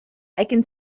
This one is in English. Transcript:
can